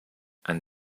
and